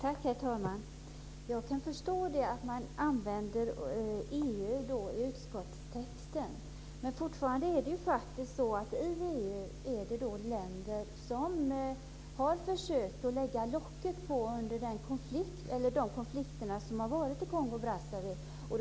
Herr talman! Jag kan förstå att man använder EU i utskottstexten. Men fortfarande finns det inom EU länder som har försökt lägga locket på under de konflikter som varit i Kongo Brazzaville.